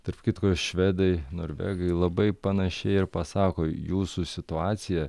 tarp kitko švedai norvegai labai panašiai ir pasako jūsų situacija